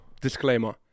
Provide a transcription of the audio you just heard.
disclaimer